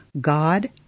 God